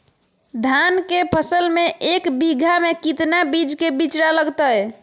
धान के फसल में एक बीघा में कितना बीज के बिचड़ा लगतय?